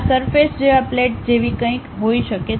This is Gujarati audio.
આ સરફેસજેવા પ્લેટ જેવી કંઈક હોઈ શકે